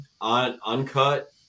uncut